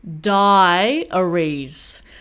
Diaries